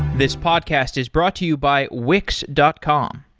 this podcast is brought to you by wix dot com.